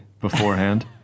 beforehand